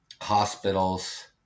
hospitals